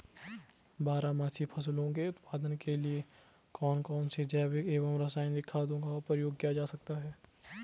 बारहमासी फसलों के उत्पादन के लिए कौन कौन से जैविक एवं रासायनिक खादों का प्रयोग किया जाता है?